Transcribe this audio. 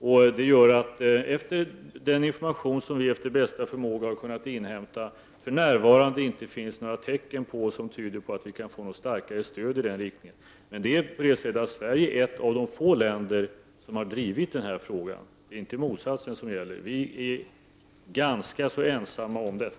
Detta gör att det, enligt den information som vi efter bästa förmåga har kunnat inhämta, för närvarande inte finns några tecken som tyder på att vi kan få starkare stöd för en ändring i denna riktning. Sverige är ett av de få länder som har drivit den här frågan. Det är inte motsatsen som gäller. Vi är ganska ensamma om detta.